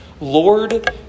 Lord